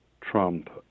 Trump